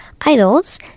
idols